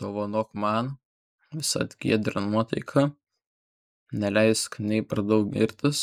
dovanok man visad giedrą nuotaiką neleisk nei per daug girtis